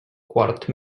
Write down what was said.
quart